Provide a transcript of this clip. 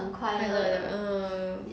快乐的 uh